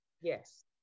Yes